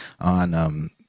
on